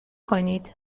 کنید